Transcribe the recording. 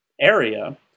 area